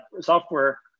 software